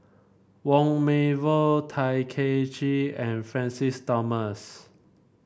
Wong Meng Voon Tay Kay Chin and Francis Thomas